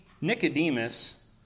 Nicodemus